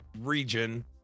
region